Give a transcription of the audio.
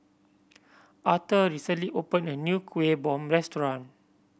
Arthor recently opened a new Kuih Bom restaurant